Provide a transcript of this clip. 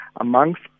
amongst